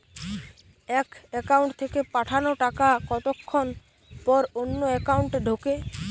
এক একাউন্ট থেকে পাঠানো টাকা কতক্ষন পর অন্য একাউন্টে ঢোকে?